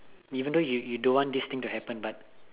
even though you you don't want this thing to happen but